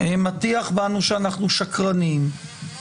מטיח בנו שאנחנו שקרנים,